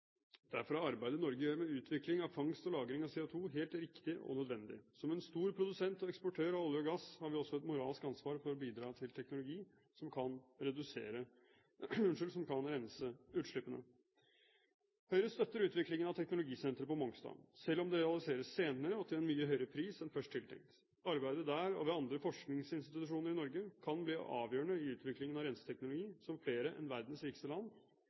Derfor er arbeidet Norge gjør med utvikling av fangst og lagring av CO2, helt riktig og nødvendig. Som en stor produsent og eksportør av olje og gass har vi også et moralsk ansvar for å bidra til teknologi som kan rense utslippene. Høyre støtter utviklingen av teknologisenteret på Mongstad, selv om det realiseres senere og til en mye høyere pris enn først tenkt. Arbeidet der og ved andre forskningsinstitusjoner i Norge kan bli avgjørende i utviklingen av renseteknologi som flere enn verdens rikeste land